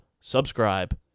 subscribe